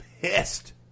pissed